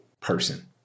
person